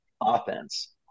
offense